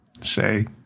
say